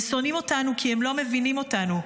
הם שונאים אותנו כי הם לא מבינים אותנו.